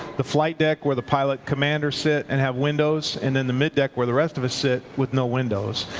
the flight deck where the pilot commander sit and have windows. and then the mid deck where the rest of us sit with no windows.